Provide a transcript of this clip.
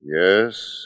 Yes